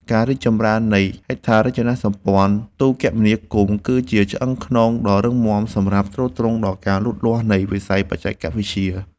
ការរីកចម្រើននៃហេដ្ឋារចនាសម្ព័ន្ធទូរគមនាគមន៍គឺជាឆ្អឹងខ្នងដ៏រឹងមាំសម្រាប់ទ្រទ្រង់ដល់ការរីកលូតលាស់នៃវិស័យបច្ចេកវិទ្យា។